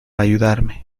ayudarme